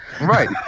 Right